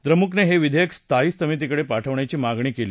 द्रमुकने हे विधेयक स्थायी समितीकडे पाठवण्याची मागणी केली